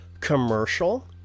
commercial